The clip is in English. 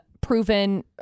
proven